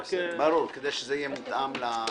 ברור, כדי שזה יהיה מותאם לזה.